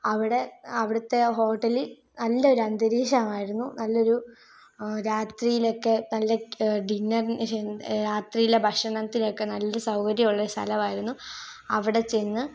അവിടെ അവിടുത്തെ ഹോട്ടലിൽ നല്ലൊരു അന്തരീക്ഷമായിരുന്നു നല്ലൊരു രാത്രിയിലൊക്കെ നല്ല ഡിന്നർ രാത്രിയിലെ ഭക്ഷണത്തിനൊക്കെ നല്ല സൗകര്യമുള്ള സ്ഥലമായിരുന്നു അവിടെ ചെന്ന്